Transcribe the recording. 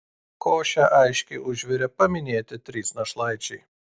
košę aiškiai užvirė paminėti trys našlaičiai